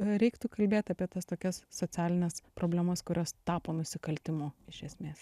reiktų kalbėt apie tas tokias socialines problemas kurios tapo nusikaltimu iš esmės